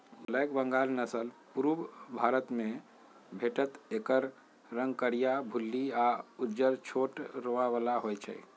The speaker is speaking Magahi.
ब्लैक बंगाल नसल पुरुब भारतमे भेटत एकर रंग करीया, भुल्ली आ उज्जर छोट रोआ बला होइ छइ